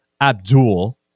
Abdul